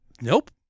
Nope